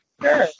Sure